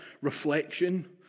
reflection